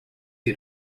you